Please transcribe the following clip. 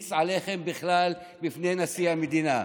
שהמליץ עליכם בכלל לפני נשיא המדינה.